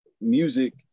music